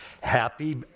Happy